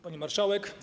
Pani Marszałek!